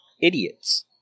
idiots